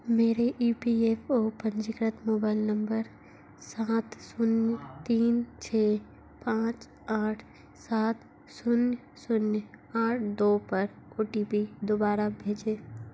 मेरे E P F O पंजीकृत mobile number सात शून्य तीन छः पाँच आठ सात शून्य शून्य आठ दो पर ओ टी पी दोबारा भेजें